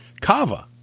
Cava